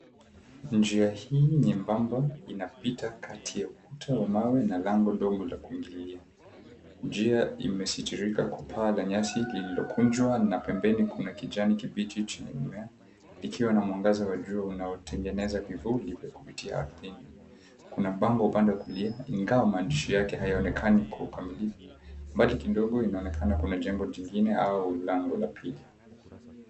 Njia hii nyembamba inapita kati ya ukuta wa mawe na lango ndogo la kuingililia. Njia imesitirika kwa paa la nyasi lililokunjwa na pembeni kuna kijanikibichi chenye mimea, likiwa na mwangaza wa jua unaotengeneza vivuli vya kuvutia ardhini. Kuna bango upande wa kulia ingawa maandishi yake hayaonekani kwa ukamilifu. Mbali kidogo kunaonekana kuna jengo jingine au lango la pili.